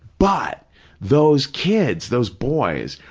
but those kids, those boys,